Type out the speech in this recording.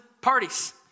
parties